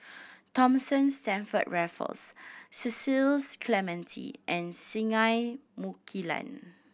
Thomas Stamford Raffles Cecil Clementi and Singai Mukilan